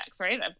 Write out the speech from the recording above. right